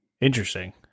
Interesting